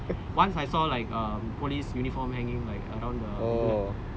once I saw like police uniform hanging around the like இதுலே:ithulae